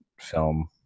film